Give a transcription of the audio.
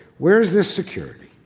where's the security?